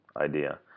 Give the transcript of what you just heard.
idea